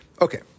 Okay